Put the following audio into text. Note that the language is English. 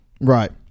Right